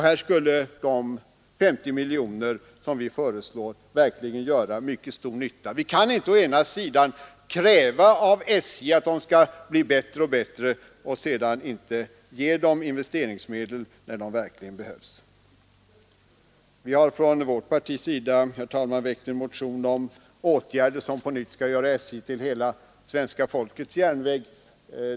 Här skulle de 50 miljoner som vi föreslår verkligen göra mycket stor nytta. Vi kan inte å ena sidan kräva av SJ att företaget skall bli bättre och bättre och å andra sidan inte ge det investeringsmedel när de verkligen behövs. Vi har från vårt parti, herr talman, väckt en motion om åtgärder som på nytt skall göra SJ till hela svenska folkets järnväg.